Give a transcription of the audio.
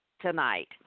tonight